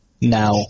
Now